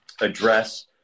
address